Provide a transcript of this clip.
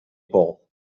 pole